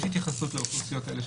יש התייחסות לאוכלוסיות האלה.